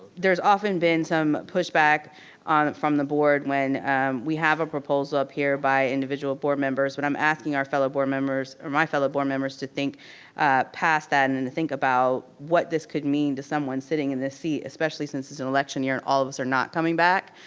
there's often been some pushback um from the board when we have a proposal up here by individual board members, but i'm asking our fellow board members, or my fellow board members to think past that, and and to think about what this could mean to someone sitting in this seat, especially since it's an election year and all of us are not coming back.